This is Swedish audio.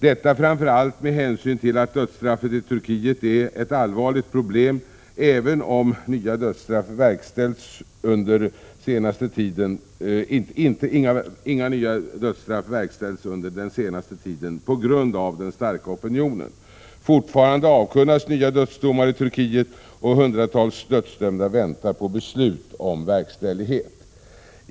Detta framför allt med hänsyn till att dödsstraffet i Turkiet är ett allvarligt problem, även om inga dödsstraff verkställts under den senaste tiden på grund av den starka opinionen. Fortfarande avkunnas nya dödsdomar i Turkiet, och hundratals dödsdömda väntar på beslut om verkställighet.